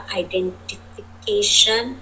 identification